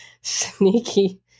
sneaky